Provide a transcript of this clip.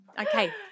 Okay